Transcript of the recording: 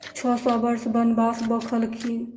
छओ सओ वर्ष वनबास बौखलखिन